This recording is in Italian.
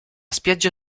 spiaggia